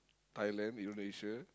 Thailand Indonesia